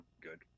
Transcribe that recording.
good